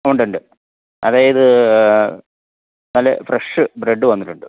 ഉണ്ടുണ്ട് അതായത് നല്ല ഫ്രഷ് ബ്രെഡ്ഡ് വന്നിട്ടുണ്ട്